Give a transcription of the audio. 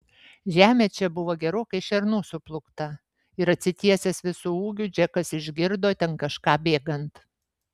žemė čia buvo gerokai šernų suplūkta ir atsitiesęs visu ūgiu džekas išgirdo ten kažką bėgant